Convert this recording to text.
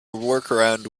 workaround